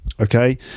Okay